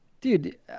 Dude